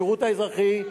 לשירות האזרחי.